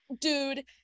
dude